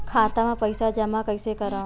खाता म पईसा जमा कइसे करव?